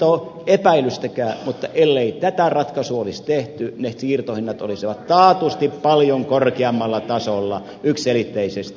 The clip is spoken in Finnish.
mutta ellei tätä ratkaisua olisi tehty ne siirtohinnat olisivat taatusti paljon korkeammalla tasolla yksiselitteisesti